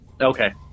Okay